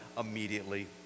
immediately